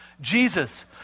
Jesus